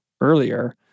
earlier